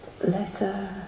Letter